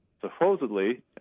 supposedly